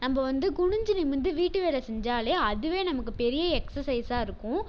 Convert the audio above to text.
நம்ம வந்து குனிஞ்சு நிமிர்ந்து வீட்டு வேலை செஞ்சாலே அதுவே நமக்குப் பெரிய எக்ஸசைஸாக இருக்கும்